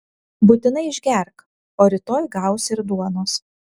būtinai išgerk o rytoj gausi ir duonos